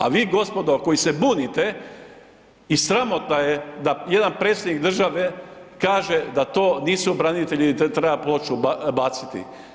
A vi gospodo koji se bunite i sramotno je da jedan Predsjednik države kaže da to nisu branitelji i da treba ploču baciti.